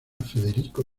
federico